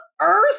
earth